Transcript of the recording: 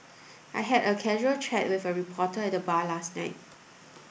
I had a casual chat with a reporter at the bar last night